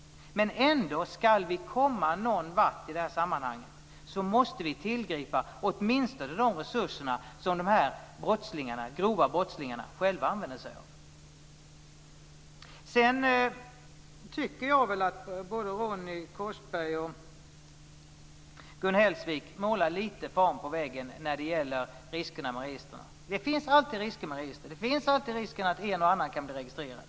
Men ändå: Skall vi komma någon vart i det här sammanhanget måste vi tillgripa åtminstone de resurser som de här grova brottslingarna själva använder sig av. Jag tycker nog att både Ronny Korsberg och Gun Hellsvik i någon mån målar fan på väggen när det gäller riskerna med registren. Det finns alltid risker med register. Det finns alltid en risk att en och annan kan bli registrerad.